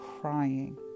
crying